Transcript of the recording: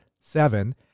seven